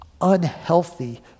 unhealthy